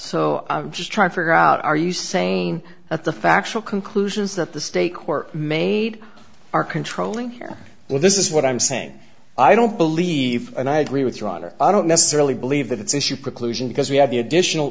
so i'm just trying to figure out are you saying that the factual conclusions that the state court made are controlling here well this is what i'm saying i don't believe and i agree with your honor i don't necessarily believe that it's issue preclusion because we have the additional